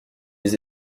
les